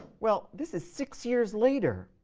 well, this is six years later.